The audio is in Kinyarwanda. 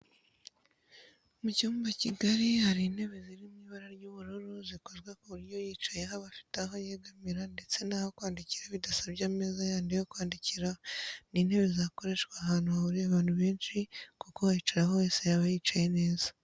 Mu cyumba kigari hari intebe ziri mu ibara ry'ubururu zikozwe ku buryo uyicayeho aba afite aho yegamira ndetse n'aho kwandikira bidasabye ameza yandi yo kwandikiraho. Ni intebe zakoreshwa ahantu hahuriye abantu benshi kuko uwayicaraho wese yaba yicaye neza